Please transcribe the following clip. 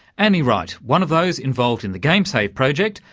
annie wright, one of those involved in the gamesave project,